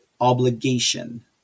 obligation